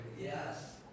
Yes